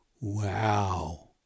Wow